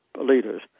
leaders